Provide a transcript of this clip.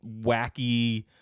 wacky